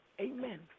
amen